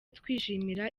twishimira